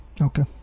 okay